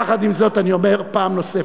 יחד עם זאת, אני אומר פעם נוספת,